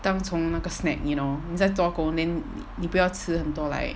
当成那个 snack you know 你在做工 then 你不要吃很多 like